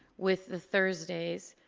with the thursdays,